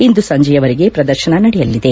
ಇಂದು ಸಂಜೆಯವರೆಗೆ ಪ್ರದರ್ಶನ ನಡೆಯಲಿದೆ